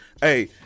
Hey